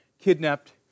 kidnapped